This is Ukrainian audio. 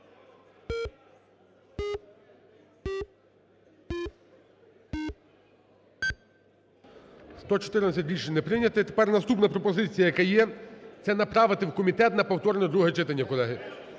За-114 Рішення не прийнято. І тепер наступна пропозиція, яка є, це направити в комітет на повторне друге читання, колеги.